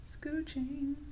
Scooching